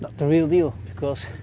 the real deal. because